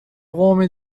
قوم